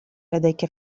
لديك